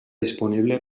disponible